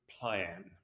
plan